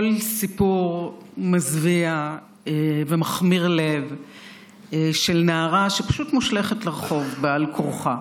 כל סיפור מזוויע ומכמיר לב של נערה שפשוט מושלכת לרחוב בעל כורחה